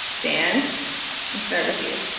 dan was there with you.